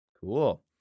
Cool